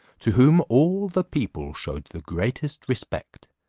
to whom all the people shewed the greatest respect,